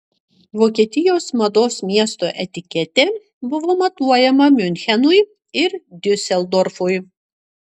vokietijos mados miesto etiketė buvo matuojama miunchenui ir diuseldorfui